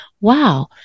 wow